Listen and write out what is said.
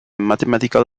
mathematical